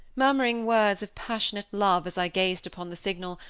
murmuring words of passionate love as i gazed upon the signal,